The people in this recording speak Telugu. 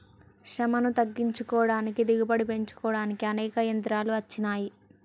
శ్రమను తగ్గించుకోడానికి దిగుబడి పెంచుకోడానికి అనేక యంత్రాలు అచ్చినాయి